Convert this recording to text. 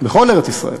בכל ארץ-ישראל.